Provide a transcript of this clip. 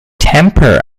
temper